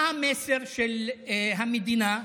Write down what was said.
מה המסר של המדינה?